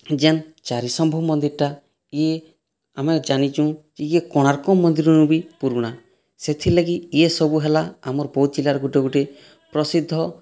ଯେନ୍ ଚାରି ଶମ୍ଭୁ ମନ୍ଦିର୍ଟା ଇ ଆମେ ଜାନିଚୁଁ ଇ କୋଣାର୍କ ମନ୍ଦିର୍ନୁ ବି ପୁରୁଣା ସେଥିର୍ଲାଗି ଇଏସବୁ ହେଲା ଆମର୍ ବୌଦ୍ଧ୍ ଜିଲ୍ଲାର ଗୁଟେ ଗୁଟେ ପ୍ରସିଦ୍ଧ